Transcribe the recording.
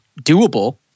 doable